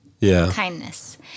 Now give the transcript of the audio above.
kindness